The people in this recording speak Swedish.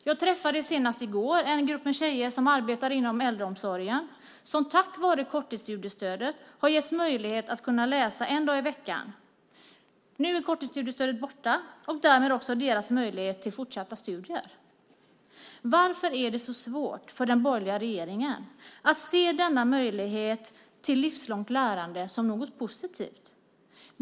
Jag träffade senast i går en grupp tjejer som arbetar inom äldreomsorgen och som tack vare korttidsstudiestödet har getts möjlighet att läsa en dag i veckan. Nu är korttidsstudiestödet borta och därmed deras möjlighet till fortsatta studier. Varför är det så svårt för den borgerliga regeringen att se denna möjlighet till livslångt lärande som något positivt?